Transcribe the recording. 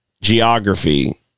geography